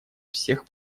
всех